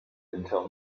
until